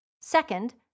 Second